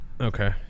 Okay